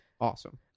awesome